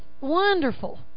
wonderful